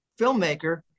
filmmaker